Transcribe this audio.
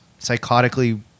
psychotically